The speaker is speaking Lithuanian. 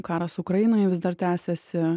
karas ukrainoje vis dar tęsiasi